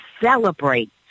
celebrate